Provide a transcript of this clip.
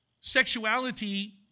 Sexuality